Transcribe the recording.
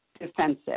defensive